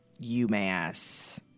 UMass